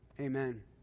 Amen